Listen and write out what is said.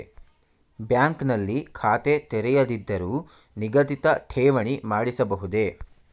Bank ನಲ್ಲಿ ಖಾತೆ ತೆರೆಯದಿದ್ದರೂ ನಿಗದಿತ ಠೇವಣಿ ಮಾಡಿಸಬಹುದೇ?